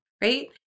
right